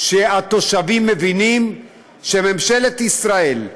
שהתושבים מבינים שממשלת ישראל,